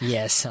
Yes